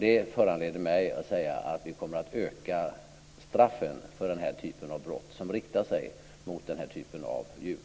Det föranleder mig att säga att vi kommer att öka straffen för den typ av brott som riktar sig mot den här typen av djur.